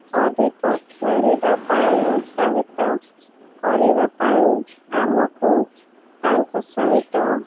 ଅଧିକ ଖେଳିବା ପାଇଁ ଉତ୍ସାହିତ କରିବା ପାଇଁ ଆମକୁ ତାଙ୍କ ସହିତ